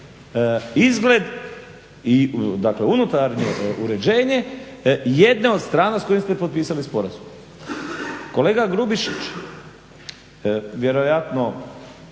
izgled i unutarnje uređenje jedne od strana s kojom ste potpisali sporazum. Kolega Grubišić, vjerojatno